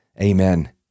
Amen